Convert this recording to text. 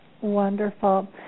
wonderful